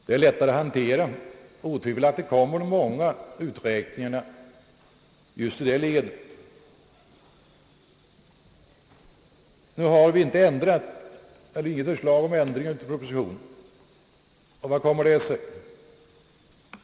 Det är lättare att hantera och otvivelaktigt blir det många invecklade uträkningar just i det ledet. Vi har inte lagt fram något förslag om ändring i propositionen. Hur kommer det sig?